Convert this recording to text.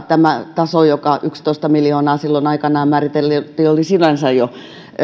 tämä taso yksitoista miljoonaa silloin aikanaan määriteltiin oli sinänsä jo